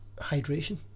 hydration